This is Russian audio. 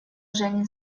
женин